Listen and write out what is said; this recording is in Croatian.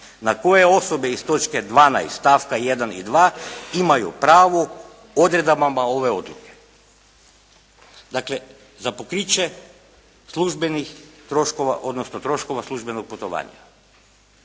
za koje osobe iz točke 12. stavka 1. i 2. imaju pravo odredbama ove odluke. Dakle za pokriće službenih troškova odnosno troškova službenog putovanja